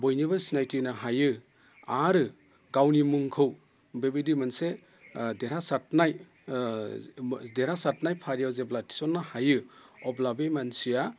बयनिबो सिनायथि होनो हायो आरो गावनि मुंखौ बेबायदि मोनसे देरहासारनाय देरहासारनाय फारियाव जेब्ला थिसननो हायो अब्ला बै मानसिया